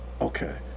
okay